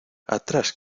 atrás